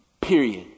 period